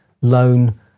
loan